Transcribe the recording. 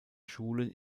schulen